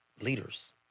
leaders